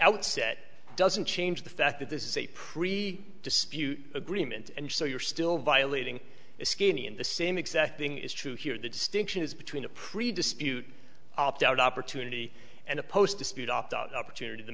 outset doesn't change the fact that this is a pre dispute agreement and so you're still violating it skinny and the same exact thing is true here the distinction is between a pre dispute opt out opportunity and a post dispute opt out opportunity th